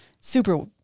super